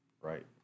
Right